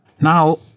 Now